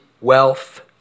wealth